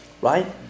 right